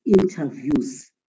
interviews